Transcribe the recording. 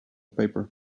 paper